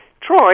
Troy